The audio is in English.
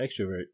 extrovert